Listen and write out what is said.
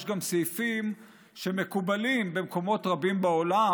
יש סעיפים שמקובלים במקומות רבים בעולם,